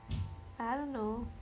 I don't know